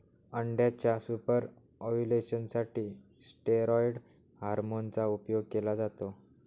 अंड्याच्या super ovulation साठी steroid hormone चा उपयोग केला जातो